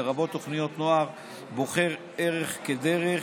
לרבות תוכנית נוער בוחר ערך כדרך,